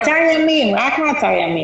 רק מעצר ימים.